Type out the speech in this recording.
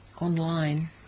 online